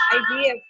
idea